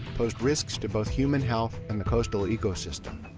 posed risks to both human health and the coastal ecosystem.